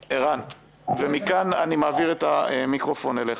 ערן, ומכאן אני מעביר את המיקרופון אליך.